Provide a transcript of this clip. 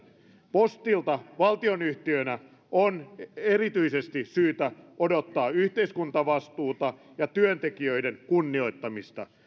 postilta valtionyhtiönä on erityisesti syytä odottaa yhteiskuntavastuuta ja työntekijöiden kunnioittamista